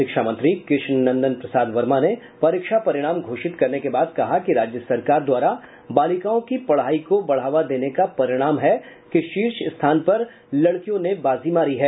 शिक्षा मंत्री कृष्णनंदन प्रसाद वर्मा ने परीक्षा परिणाम घोषित करने के बाद कहा कि राज्य सरकार द्वारा बालिकाओं की पढ़ाई को बढ़ावा देने का परिणाम है कि शीर्ष स्थान पर लड़कियों ने बाजी मारी है